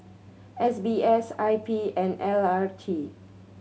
S B S I P and L R T